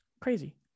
Crazy